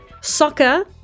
Soccer